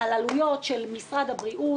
על העלויות של משרד הבריאות.